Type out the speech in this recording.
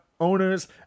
owners